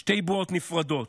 שתי בועות נפרדות,